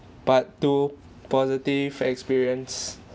part two positive experience